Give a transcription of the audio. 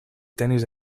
tenis